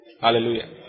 Hallelujah